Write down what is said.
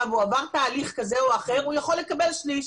והוא עבר תהליך כזה או אחר הוא יכול לקבל שליש.